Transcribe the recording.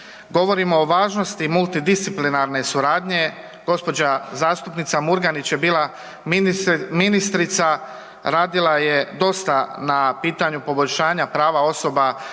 govorimo o važnosti multidisciplinarne suradnje, gospođa zastupnica Murganić je bila ministrica, radila je dosta na pitanju poboljšanja prava osoba